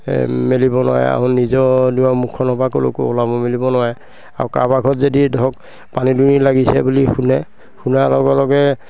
এই মেলিব নোৱাৰে আৰু নিজৰ দুৱাৰ মুখখনৰ পৰা ক'লৈকো ওলাব মেলিব নোৱাৰে আৰু কাৰোবাৰ ঘৰত যদি ধৰক পানী দুনি লাগিছে বুলি শুনে শুনাৰ লগে লগে